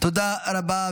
תודה רבה.